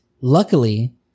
luckily